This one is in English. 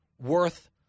worth